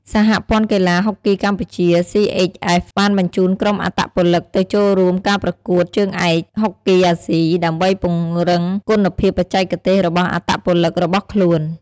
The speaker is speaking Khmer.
សហព័ន្ធកីឡាហុកគីកម្ពុជា សុី អេក ហ្វេស បានបញ្ជូនក្រុមអត្តពលិកទៅចូលរួមការប្រកួតជើងឯកហុកគីអាស៊ី ដើម្បីពង្រឹងគុណភាពបច្ចេកទេសរបស់អត្តពលិករបស់ខ្លួន។